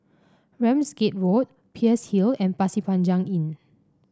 Ramsgate Road Peirce Hill and Pasir Panjang Inn